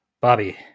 Bobby